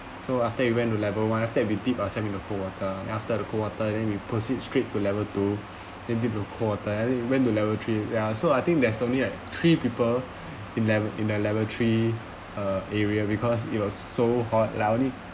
so after it went to level one after we dip ourselves in cold water then after the cold water then we proceed straight to level two and dip in cold water and went to level three ya so I think there's only like three people in le~ in the level three uh area because it was so hot like only